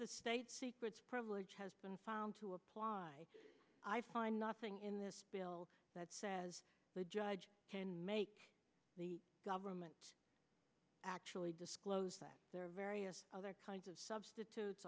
the state secrets privilege has been found to apply i find nothing in this bill that says the judge can make the government actually disclose that there are various other kinds of substitutes